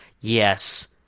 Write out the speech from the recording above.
yes